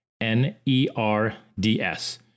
N-E-R-D-S